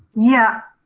yeah,